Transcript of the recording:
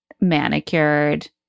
manicured